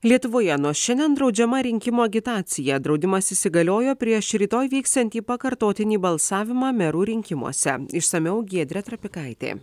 lietuvoje nuo šiandien draudžiama rinkimų agitacija draudimas įsigaliojo prieš rytoj vyksiantį pakartotinį balsavimą merų rinkimuose išsamiau giedrė trapikaitė